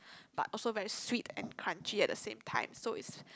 but also very sweet and crunchy at the same time so it's